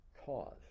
cause